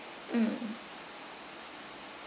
mm